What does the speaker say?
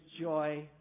joy